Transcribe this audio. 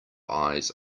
eyes